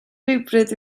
rhywbryd